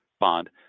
bond